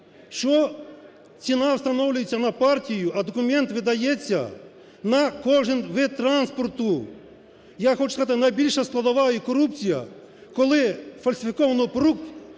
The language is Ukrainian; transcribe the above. що ціна встановлюється на партію, а документ видається на кожен вид транспорту. Я хочу сказати, найбільша складова і корупція, коли фальсифіковано